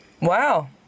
Wow